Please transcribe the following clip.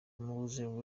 mowzey